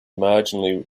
marginally